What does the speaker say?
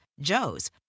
Joe's